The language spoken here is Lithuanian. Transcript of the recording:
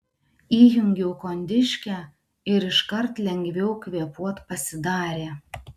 įjungiau kondiškę ir iškart lengviau kvėpuot pasidarė